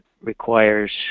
requires